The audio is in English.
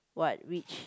what which